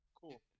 cool